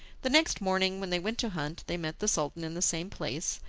the next morning when they went to hunt they met the sultan in the same place,